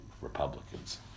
Republicans